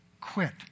Quit